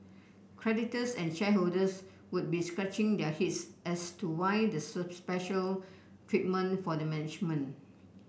creditors and shareholders would be scratching their heads as to why the special treatment for the management